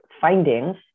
findings